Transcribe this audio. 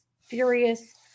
furious